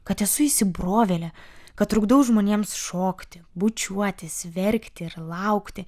kad esu įsibrovėlė kad trukdau žmonėms šokti bučiuotis verkti ir laukti